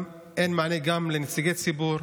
אין מענה גם לנציגי ציבור,